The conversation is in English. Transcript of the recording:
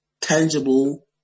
tangible